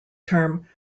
term